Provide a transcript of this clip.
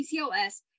PCOS